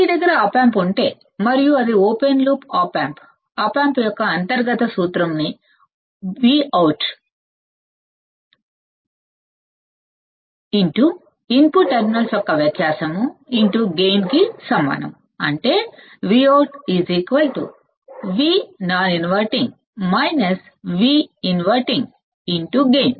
మీ దగ్గర op amp ఉంటే మరియు అది ఓపెన్ లూప్ ఆప్ ఆంప్ అయితే ఆప్ ఆంప్ యొక్క అంతర్గత సూత్రం విఅవుటు ఇన్పుట్ టెర్మినల్స్ యొక్క వ్యత్యాసము గైన్ కి సమానం అంటేVout Vnon inverting -Vinverting గైన్